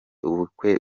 ubukwe